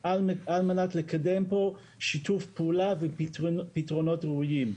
על מנת לקדם פה שיתוף פעולה ופתרונות ראויים.